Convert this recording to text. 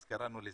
אז קראנו לזה,